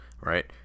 right